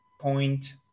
point